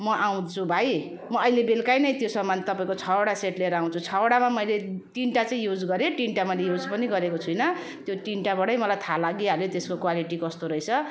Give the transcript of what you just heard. म आउँछु भाइ म अहिले बेलुका नै त्यो सामान तपाईँको छवटा सेट लिएर आउँछु छवटामा मैले तिनवटा चाहिँ युज गरेँ तिनवटा मैले युज पनि गरेको छुइनँ त्यो तिनवटाबाटै मलाई थाहा लागिहाल्यो त्यसको क्वालिटी कस्तो रहेछ